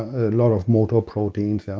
a lot of motor proteins, yeah?